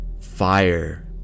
fire